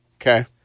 okay